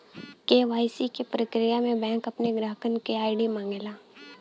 KYC क प्रक्रिया में बैंक अपने ग्राहकन क आई.डी मांगला